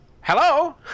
Hello